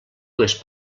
dues